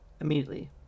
immediately